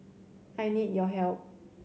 I need your help